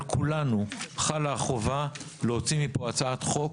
על כולנו חלה החובה להוציא מפה הצעת חוק